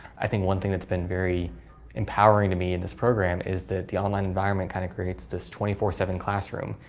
i think one thing that's been very empowering to me in this program, is that the online environment kind of creates this twenty four, seven classroom.